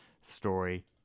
story